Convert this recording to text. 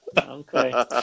okay